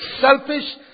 selfish